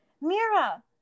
Mira